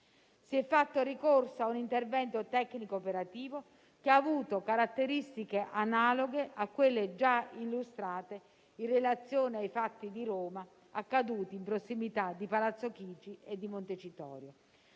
Si è fatto ricorso a un intervento tecnico-operativo, che ha avuto caratteristiche analoghe a quelle già illustrate in relazione ai fatti di Roma, accaduti in prossimità di Palazzo Chigi e Montecitorio.